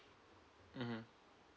mmhmm